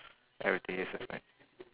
everything uses maths